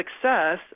Success